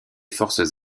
forces